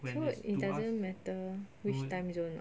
so it doesn't matter which timezone [what]